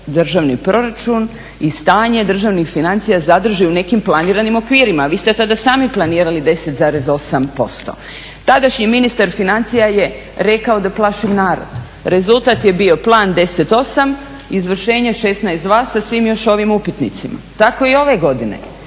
državni proračun i stanje državnih financija zadrži u nekim planiranim okvirima. Vi ste tada sami planirali 10,8%. Tadašnji ministar financija je rekao da plašimo narod. Rezultat je bio Plan 10.8, izvršenje 16.2 sa svim još ovim upitnicima. Tako i ove godine,